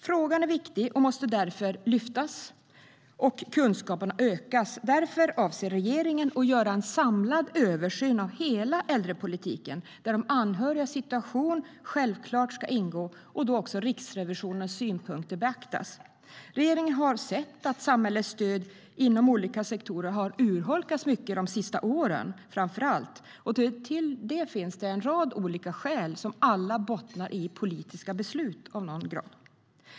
Frågan är viktig och måste därför lyftas fram, och kunskaperna måste ökas. Därför avser regeringen att göra en samlad översyn av hela äldrepolitiken där de anhörigas situation självklart ska ingå och där Riksrevisionens synpunkter beaktas. Regeringen har sett att samhällets stöd inom olika sektorer delvis har urholkats, framför allt under de senaste åren. För det finns det en rad olika skäl som alla bottnar i politiska beslut.